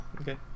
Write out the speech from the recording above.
Okay